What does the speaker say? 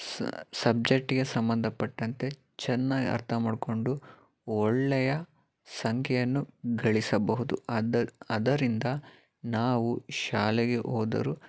ಸ್ ಸಬ್ಜೆಟ್ಟಿಗೆ ಸಂಬಂಧಪಟ್ಟಂತೆ ಚೆನ್ನಾಗ್ ಅರ್ಥ ಮಾಡಿಕೊಂಡು ಒಳ್ಳೆಯ ಸಂಖ್ಯೆಯನ್ನು ಗಳಿಸಬಹುದು ಅದು ಅದರಿಂದ ನಾವು ಶಾಲೆಗೆ ಹೋದರು